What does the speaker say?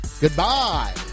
Goodbye